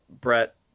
Brett